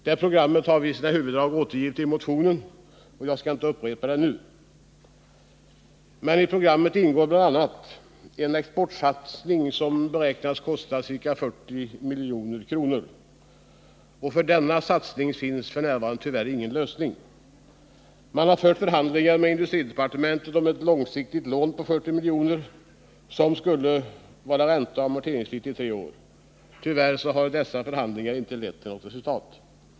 Det programmet har vi återgivit i huvuddrag i motionen, och jag skall inte upprepa det nu. Men i programmet ingår bl.a. en exportsatsning som beräknas kosta ca 40 milj.kr. För denna satsning finns f. n. tyvärr ingen lösning. Man har fört förhandlingar med industridepartementet om ett långsiktigt lån på 40 milj.kr. som skulle vara ränteoch amorteringsfritt i tre år. Tyvärr har dessa förhandlingar inte lett till något 101 resultat.